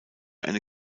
eine